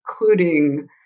including